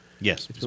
Yes